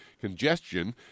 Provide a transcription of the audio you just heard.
congestion